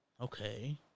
Okay